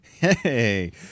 Hey